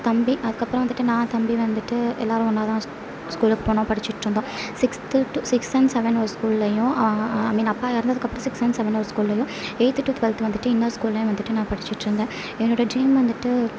தம்பி அதுக்கு அப்புறம் வந்துட்டு நான் தம்பி வந்துட்டு எல்லோரும் ஒன்னாக தான் ஸ்கூலுக்கு போனோம் படிச்சிட்டு இருந்தோம் sixth to sixth and seven ஒரு ஸ்கூலேயும் ஐ மீன் அப்பா இறந்ததுக்கு அப்புறம் சிக்ஸ்த் அண்ட் செவன் ஒரு ஸ்கூலேயும் எயித்து டூ டுவல்த்து வந்துட்டு இன்னொரு ஸ்கூலேயும் வந்துட்டு நான் படிச்சிட்டுருந்தேன் என்னோடய ட்ரீம் வந்துட்டு